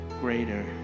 greater